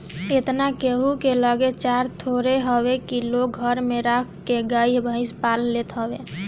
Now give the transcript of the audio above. एतना केहू के लगे चारा थोड़े हवे की लोग घरे में राख के गाई भईस पाल लेत हवे